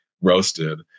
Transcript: roasted